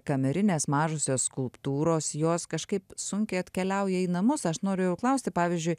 kamerinės mažosios skulptūros jos kažkaip sunkiai atkeliauja į namus aš norėjau klausti pavyzdžiui